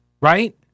right